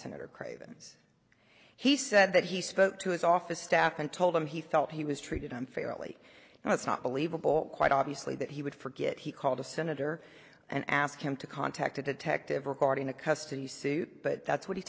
senator craven's he said that he spoke to his office staff and told them he felt he was treated unfairly and it's not believable quite obviously that he would forget he called the senator and ask him to contact a detective regarding a custody suit but that's what he